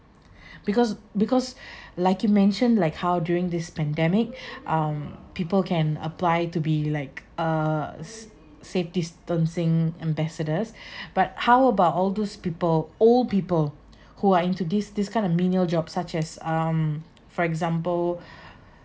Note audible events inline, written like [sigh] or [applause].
because because [breath] like you mentioned like how during this pandemic um people can apply to be like uh s~ safe distancing ambassadors [breath] but how about all those people old people who are into this this kind of menial job such as um for example